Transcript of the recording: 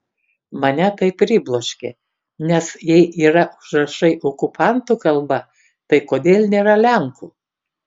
mane tai pribloškė nes jei yra užrašai okupantų kalba tai kodėl nėra lenkų